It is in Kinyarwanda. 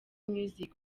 music